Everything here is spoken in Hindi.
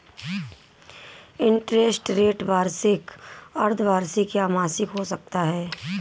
इंटरेस्ट रेट वार्षिक, अर्द्धवार्षिक या मासिक हो सकता है